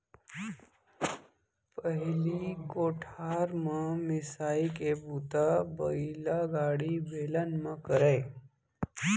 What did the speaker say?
पहिली कोठार म मिंसाई के बूता बइलागाड़ी, बेलन म करयँ